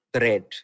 red